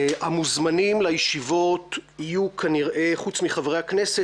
המוזמנים לישיבות יהיו כנראה חוץ מחברי הכנסת